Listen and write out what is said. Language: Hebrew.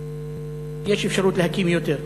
יש אפשרות להקים יותר.